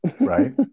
right